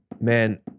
Man